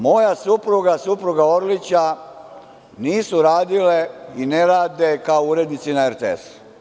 Moja supruga i supruga Orlića nisu radile i ne rade kao urednici na RTS.